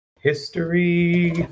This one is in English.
history